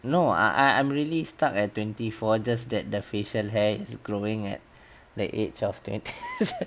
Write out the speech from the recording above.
no I I'm really stuck at twenty four just that the facial hair growing at the age of twenty